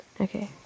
Okay